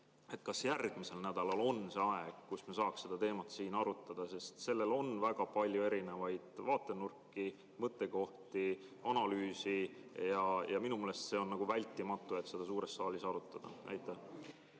tal järgmisel nädalal on aega seda teemat siin arutada, sest sellel on väga palju erinevaid vaatenurki, mõttekohti, analüüsi. Minu meelest on vältimatu seda suures saalis arutada. Aitäh,